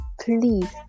please